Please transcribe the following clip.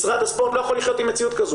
משרד הספורט לא יכול לחיות עם מציאות כזו